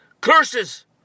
Curses